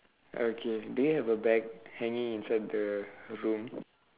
okay do you have a bag hanging inside the room